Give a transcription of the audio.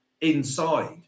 inside